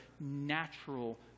natural